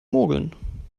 mogeln